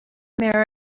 mirror